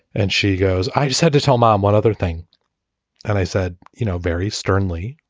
and she goes, i just had to tell mom one other thing and i said, you know, very sternly,